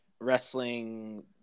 wrestling